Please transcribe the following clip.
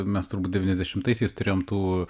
mes turbūt devyniasdešimtaisiais turėjom tų